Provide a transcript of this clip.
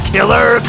Killer